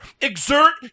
Exert